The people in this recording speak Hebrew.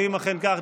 ואם אכן כך,